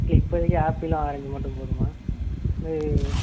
இப்போதிக்கி apple orange மட்டும் போதும்மா